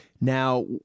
Now